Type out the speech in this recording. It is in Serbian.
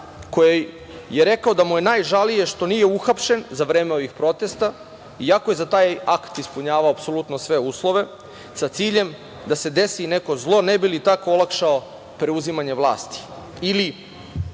koji je rekao da mu je najžalije što nije uhapšen za vreme ovih protesta, iako je za taj akt ispunjavao apsolutno sve uslove sa ciljem da se desi neko zlo ne bi li tako olakšao preuzimanje vlasti